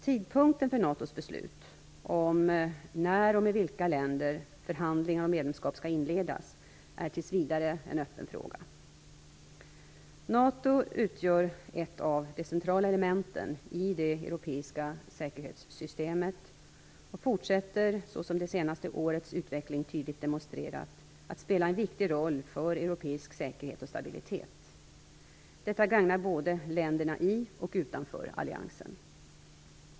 Tidpunkten för NATO:s beslut om när, och med vilka länder, förhandlingar om medlemskap skall inledas är tills vidare en öppen fråga. NATO utgör ett av de centrala elementen i det europeiska säkerhetssystemet och fortsätter, såsom det senaste årets utveckling tydligt demonstrerat, att spela en viktig roll för europeisk säkerhet och stabilitet. Detta gagnar både länderna i och utanför alliansen.